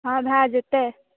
हॅं भय जेतै